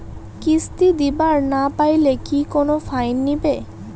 কিস্তি দিবার না পাইলে কি কোনো ফাইন নিবে?